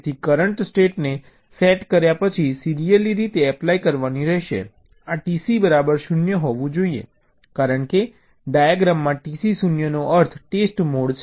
તેથી કરંટ સ્ટેટને સેટ કર્યા પછી સીરિયલી રીતે એપ્લાય કરવાની રહેશે આ TC બરાબર 0 હોવું જોઈએ કારણ કે ડાયાગ્રામમાં TC 0 નો અર્થ ટેસ્ટ મોડ છે